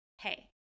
Hey